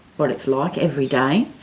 what it's like every day,